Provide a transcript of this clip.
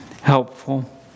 helpful